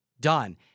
done